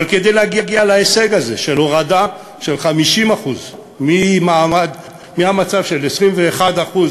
אבל כדי להגיע להישג הזה של הורדה של 50% מהמצב של 21%